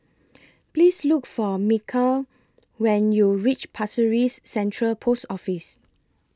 Please Look For Mikel when YOU REACH Pasir Ris Central Post Office